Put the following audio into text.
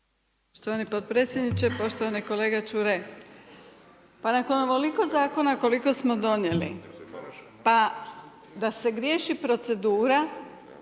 Poštovani potpredsjedniče, poštovani kolega Čuraj. Pa nakon ovoliko zakona koliko smo donijeli, pa da se griješi procedura